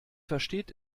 versteht